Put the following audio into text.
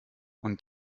und